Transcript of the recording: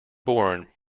born